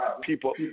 people